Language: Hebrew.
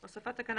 14.הוספת תקנה